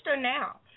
now